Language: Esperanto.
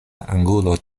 angulo